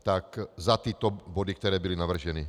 Tak za tyto body, které byly navrženy.